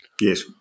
Yes